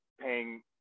paying